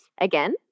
again